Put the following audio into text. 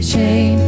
chain